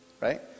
right